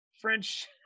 French